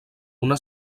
una